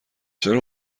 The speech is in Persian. چرا